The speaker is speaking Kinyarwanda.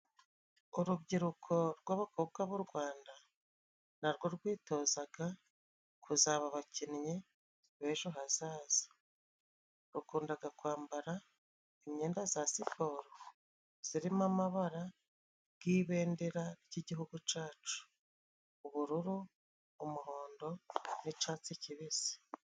Urubyiruko rw'abakobwa b'u Rwanda na rwo rwitozaga kuzaba abakinnyi b'ejo hazaza. Rukundaga kwambara imyenda za siporo zirimo amabara nk'ibendera ry'igihugu cacu. Ubururu, umuhondo n'icatsi kibisi.